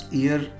year